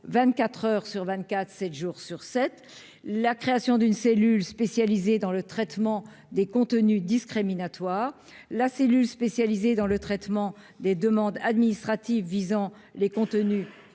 24 heures sur 24, 7 jours sur 7, la création d'une cellule spécialisée dans le traitement des contenus discriminatoires, la cellule spécialisée dans le traitement des demandes administratives visant les contenus pédo-pornographique